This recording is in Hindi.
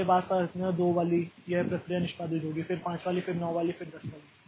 उसके बाद प्राथमिकता 2 वाली यह प्रक्रिया निष्पादित होगी फिर 5 वाली फिर 9 वाली फिर 10 वाली